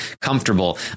comfortable